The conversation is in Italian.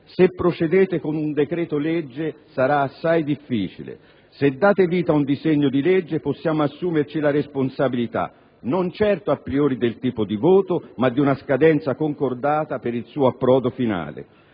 se procedete con un decreto-legge sarà assai difficile; se date vita ad un disegno di legge possiamo assumerci la responsabilità, non certo *a priori* del tipo di voto ma in ordine ad una scadenza concordata per il suo approdo finale.